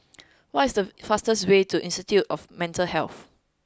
what is the fastest way to Institute of Mental Health